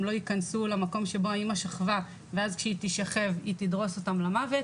לא ייכנסו למקום שבו האמא שכבה ואז כשהיא תישכב היא תדרוס אותם למוות,